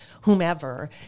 whomever